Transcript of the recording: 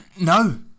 No